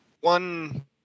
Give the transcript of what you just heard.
one